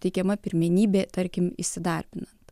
teikiama pirmenybė tarkim įsidarbinant